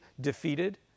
defeated